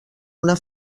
una